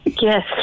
Yes